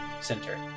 Center